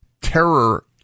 terror